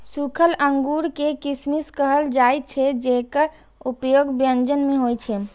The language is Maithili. सूखल अंगूर कें किशमिश कहल जाइ छै, जेकर उपयोग व्यंजन मे होइ छै